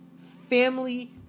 family